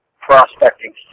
prospecting